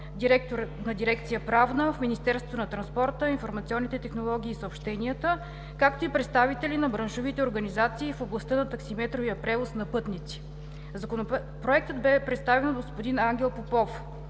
директор на дирекция „Правна“ в Министерството на транспорта, информационните технологии и съобщенията, както и представители на браншовите организации в областта на таксиметровия превоз на пътници. Законопроектът бе представен от господин Ангел Попов.